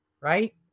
right